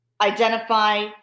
identify